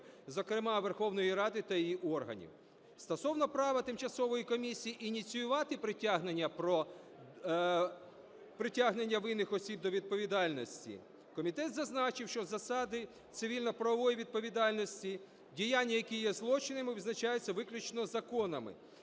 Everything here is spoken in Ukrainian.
зокрема Верховної Ради та її органів. Стосовно права тимчасової комісії ініціювати притягнення винних осіб до відповідальності, комітет зазначив, що засади цивільно-правової відповідальності, діяння які є злочинами, визначаються виключно законами.